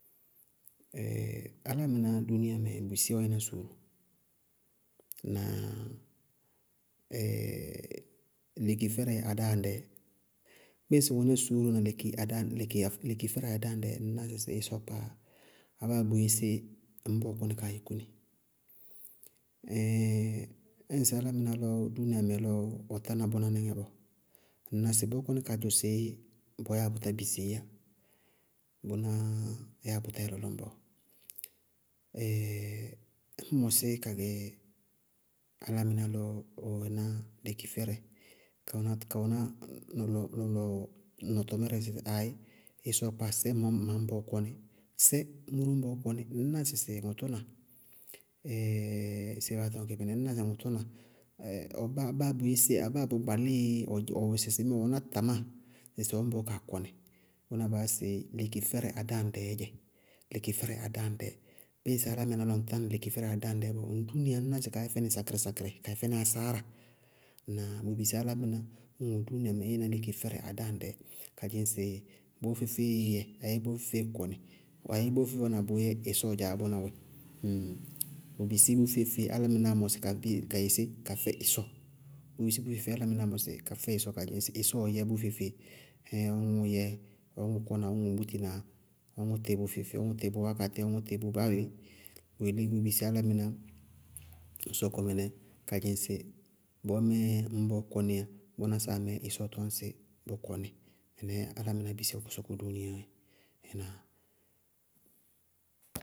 álámɩná dúúniayamɛ, bʋ bisí ɔ yɛná suúru na lekifɛrɛ adáaŋdɛɛ. Bíɩ ŋsɩ ŋ wɛná suúru na leki adáaŋ-leki a-lekifɛrɛ adáaŋdɛɛ, ŋñná sɩsɩ ísɔ gbaa abáa bʋyɛ sé ŋñbɔɔ kɔní kaa yúkú ni. ñŋsɩ álámɩná lɔ ɔ dúúniamɛ lɔ ʋ tána bʋnáníŋɛ bɔɔ ŋñná sɩ bʋʋ kɔní kaa dzʋsɩí bɔɔ yáa bʋtá bisiiyá. Bʋná yáa bʋtá yɛ lɔlɔñbɔ bɔɔ. ñŋ mɔsí kagɛ álámɩná lɔ ɔ wɛná lekifɛrɛ ka wɛná ka- wɛná lɔlɔ-lɔlɔ nɔtɔmírɛ sɩ aayí íɩ ɩsɔɔ kpáa sɛ mañbɔɔ kɔní, sɛ mʋ ñbɔɔ kɔní, ŋñná sɩ ŋʋtʋna sɩ béé baá tɔñ kɩ yeé? Ŋñná sɩ ŋʋtʋna, baá bʋyɛ sé abáa bʋ gbalíɩ ɔ wɛ sɩsɩ ŋmíɩ ɔwɛná tamáa sɩsɩ ɔñbɔɔ kaa kɔnɩ. Bʋnáá baá yá sɛ lekifɛrɛ adáaŋdɛɛ dzɛ, lekifɛrɛ adáaŋdɛɛ. Bíɩ ŋsɩ álámɩná ŋ tána lekifɛrɛɛ adáaŋdɛɛ bɔɔ, ŋ duuniyaá yɛ fɛnɩ sakɩrɩ-sakɩrɩ, ka yɛ fɛnɩ asáára. Ŋnáa bʋ bisí álámɩnáá ñŋwɛ dúúniayamɛ ñ yɛná lekifɛrɛ adáaŋdɛɛ, ka dzɩŋsɩ bɔɔ feé-feée yɛ na bɔɔ feé-feée kɔnɩ abéé bɔɔ feé-feée wáana bʋʋyɛ, ɩsɔɔ dzaáá bʋná wɛ, bʋ bisí bʋ feé-feé, álámɩnáá mɔsɩ ka di ka yɛsé ka fɛ ɩsɔɔ bʋʋ bisí bʋ feé-feé álámɩnáá mɔsɩ ka fɛ ɩsɔɔ ka dzɩŋsɩ ɩsɔɔɔ yɛ bʋ feé-feé, ɔŋʋʋ kɔna ɔŋʋ kée bútina, ɔŋʋ tɩ bʋ feé-feé, ɔŋʋ tɩ bʋ wákatí ɔŋʋ tɩ bʋ báa bé. Bʋyelé bʋʋ bisí álámɩná ñ sɔkɔ mɩnɛ ka dzʋsɩ bɔɔmɛɛ ŋñbɔɔ kɔníya, bʋná sáa mɛɛ ɩsɔɔ tɔñsɩ bʋ kɔnɩ. Mɩnɛɛ álámɩná bʋ bisí ɔ sɔkɔ duuniyaá yɛ. Ɩnáa?